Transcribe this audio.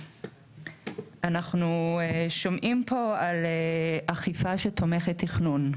אנחנו שומעים פה על אכיפה שתומכת תכנון,